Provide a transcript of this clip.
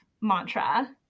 mantra